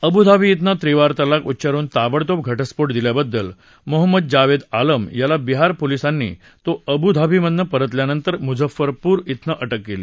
Abu Dhabi इथनं त्रिवार तलाक उच्चारून ताबडतोब घटस्फोट दिल्या बद्दल मोहम्मद जावेद आलम याला बिहार पोलिसांनी तो अबू धाबीमधून परतल्यानंतर मुझफरपूर इथनं अटक केली